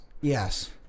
Yes